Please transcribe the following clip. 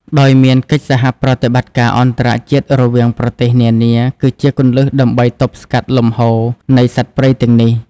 ដោយមានកិច្ចសហប្រតិបត្តិការអន្តរជាតិរវាងប្រទេសនានាគឺជាគន្លឹះដើម្បីទប់ស្កាត់លំហូរនៃសត្វព្រៃទាំងនេះ។